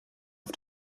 auf